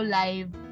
live